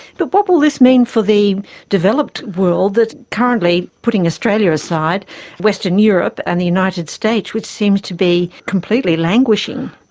what will this mean for the developed world that currently putting australia aside western europe and the united states, which seem to be completely languishing?